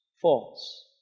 false